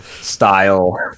style